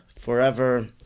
forever